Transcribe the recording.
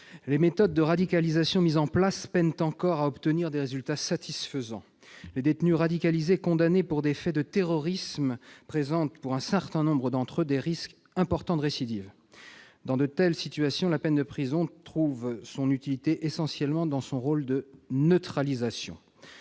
Les méthodes de déradicalisation mises en place peinent encore à obtenir des résultats satisfaisants. Les détenus condamnés pour des faits de terrorisme présentent pour un certain nombre d'entre eux des risques importants de récidive. Dans de telles situations, la peine de prison trouve son utilité essentiellement dans son rôle de neutralisation.